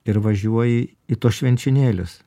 ir važiuoji į tuos švenčionėlius